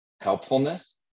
helpfulness